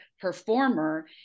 performer